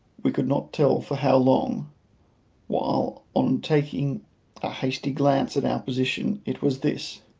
we could not tell for how long while on taking a hasty glance at our position it was this